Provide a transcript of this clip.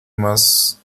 más